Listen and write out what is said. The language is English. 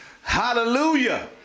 Hallelujah